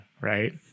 right